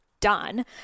done